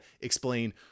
explain